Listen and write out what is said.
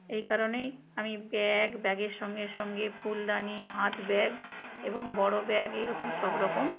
এই কারণেই আমি ব্যাগ ব্যাগের সঙ্গে সঙ্গে ফুলদানি হাতব্যাগ এবং বড় ব্যাগ এরকম সবরকম